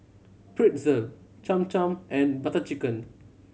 Pretzel Cham Cham and Butter Chicken